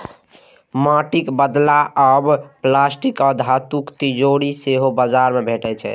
माटिक बदला आब प्लास्टिक आ धातुक तिजौरी सेहो बाजार मे भेटै छै